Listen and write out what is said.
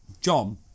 John